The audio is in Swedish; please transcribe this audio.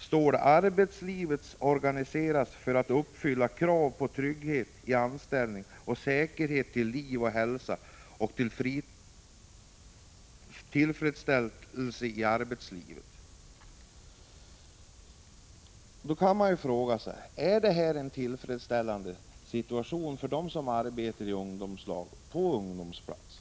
står följande: ”Arbetslivet organiseras för att uppfylla kraven på trygghet i anställning, säkerhet till liv och hälsa och tillfredsställelse i arbetet.” Då kan man fråga sig: Är det en tillfredsställande situation för dem som arbetar i ungdomslag på ungdomsplatser?